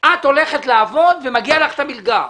את הולכת לעבוד ומגיעה לך המלגה.